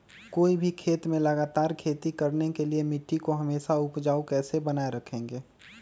कोई भी खेत में लगातार खेती करने के लिए मिट्टी को हमेसा उपजाऊ कैसे बनाय रखेंगे?